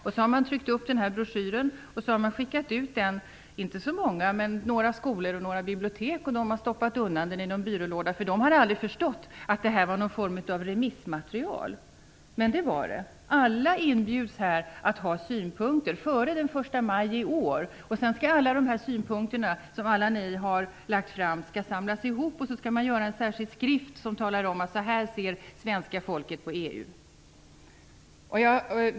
Man har tryckt upp broschyren och skickat ut den, inte till så många ställen, men till några skolor och några bibliotek. Där har man stoppat undan den i någon byrålåda, för man har inte förstått att det var en form av remissmaterial. Men det var det. Alla inbjuds här att ha synpunkter före den 1 maj i år. Sedan skall alla de synpunkter som har lagts fram samlas ihop, och så skall det göras en särskild skrift som talar om hur svenska folket ser på EU.